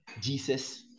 jesus